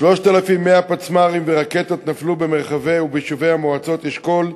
3,100 פצמ"רים ורקטות נפלו במרחבי וביישובי המועצות אשכול,